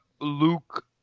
Luke